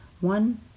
one